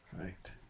right